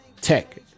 Tech